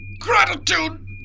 gratitude